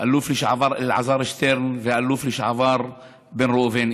האלוף לשעבר אלעזר שטרן והאלוף לשעבר בן ראובן,